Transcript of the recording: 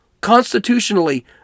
Constitutionally